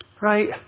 Right